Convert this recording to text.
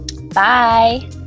bye